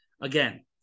Again